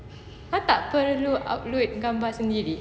I tak perlu upload gambar sendiri